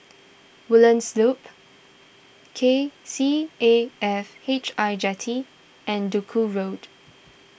Woodlands Loop K C A F H I Jetty and Duku Road